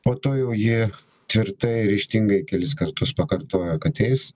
po to jau ji tvirtai ryžtingai kelis kartus pakartojo kad eis